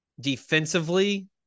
Defensively